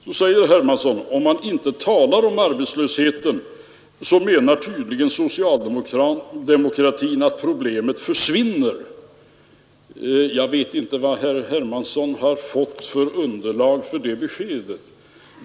Då säger herr Hermansson att om man inte talar om arbetslösheten så menar tydligen socialdemokratin att problemet försvinner. Jag vet inte vad herr Hermansson har fått för underlag för det beskedet.